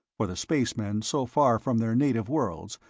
for the spacemen so far from their native worlds,